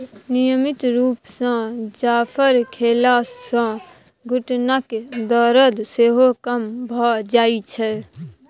नियमित रुप सँ जाफर खेला सँ घुटनाक दरद सेहो कम भ जाइ छै